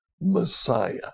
messiah